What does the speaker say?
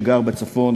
שגר בצפון,